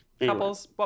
couples